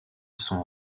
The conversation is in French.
son